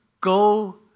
go